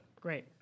Great